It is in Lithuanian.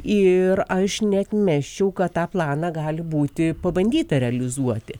ir aš neatmesčiau kad tą planą gali būti pabandyta realizuoti